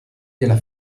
della